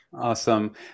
Awesome